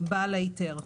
בעל ההיתר.